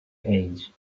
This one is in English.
age